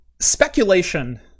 speculation